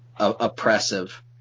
oppressive